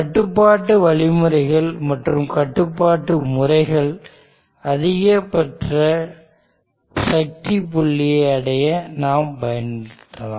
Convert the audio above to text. கட்டுப்பாட்டு வழிமுறைகள் மற்றும் கட்டுப்பாட்டு முறைகள் அதிகபட்ச சக்தி புள்ளியை அடைய நாம் பயன்படுத்தலாம்